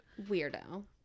Weirdo